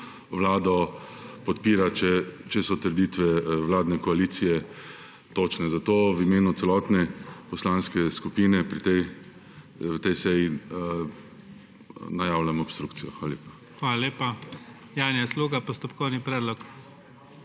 vlado podpira, če so trditve vladne koalicije točne. Zato v imenu celotne poslanske skupine pri tej seji najavljamo obstrukcijo. Hvala lepa. PREDSEDNIK IGOR ZORČIČ: Hvala lepa. Janja Sluga, postopkovni predlog.